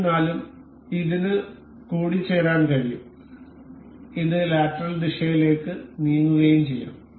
എന്നിരുന്നാലും ഇതിനു കൂടിച്ചേരാൻ കഴിയും ഇത് ലാറ്ററൽ ദിശയിലേക്ക് നീങ്ങുകയും ചെയ്യാം